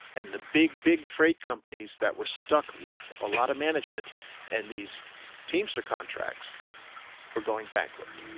and the big big freight companies that were stuck with a lot of management and these teamster contracts were going bankrupt.